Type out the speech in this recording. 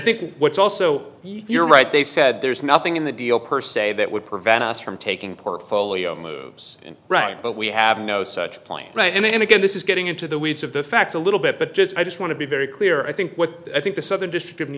think what's also you're right they said there's nothing in the deal per se that would prevent us from taking portfolio moves right but we have no such plan right and then again this is getting into the weeds of the facts a little bit but just i just want to be very clear i think what i think the southern district of new